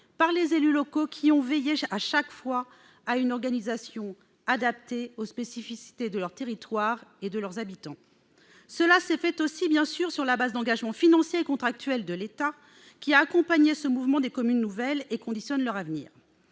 par les élus locaux qui ont veillé chaque fois à une organisation adaptée aux spécificités de leur territoire et de leurs habitants. Cela s'est fait aussi, bien sûr, sur le fondement d'engagements financiers et contractuels de l'État, qui ont accompagné ce mouvement des communes nouvelles et qui conditionnent leur avenir.